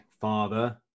father